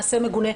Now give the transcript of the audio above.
מעשה מגונה,